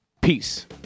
Peace